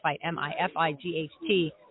M-I-F-I-G-H-T